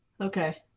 okay